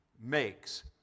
makes